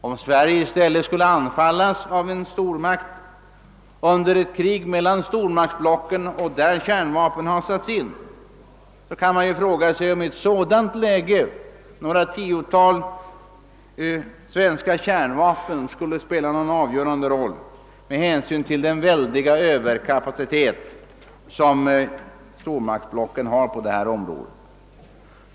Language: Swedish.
Om Sverige i stället skulle anfallas av en stormakt under ett krig mellan stormaktsblocken, i vilket kärnvapen satts in, kan man fråga sig huruvida i ett sådant läge några tiotal svenska kärnvapen med hänsyn till den väldiga överkapacitet som stormaktsblocken har på detta område skulle spela någon avgörande roll.